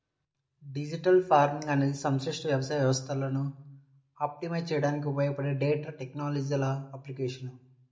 digital farming అనేది సంక్లిష్ట వ్యవసాయ వ్యవస్థలను ఆప్టిమైజ్ చేయడానికి ఉపయోగపడే డేటా టెక్నాలజీల అప్లికేషన్